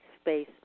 space